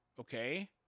okay